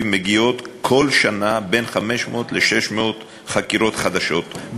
מגיעות כל שנה בין 500 ל-600 חקירות חדשות,